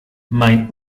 mein